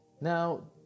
Now